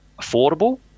affordable